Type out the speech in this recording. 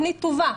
תכנית טובה.